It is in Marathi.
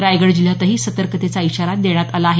रायगड जिल्ह्यातही सतर्कतेचा इशारा देण्यात आला आहे